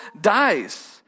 dies